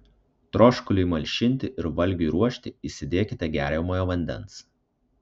troškuliui malšinti ir valgiui ruošti įsidėkite geriamojo vandens